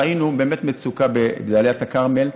ראינו באמת מצוקה בדאלית אל-כרמל: